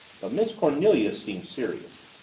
but miss cornelia seemed serious.